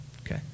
Okay